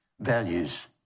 values